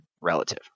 relative